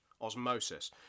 osmosis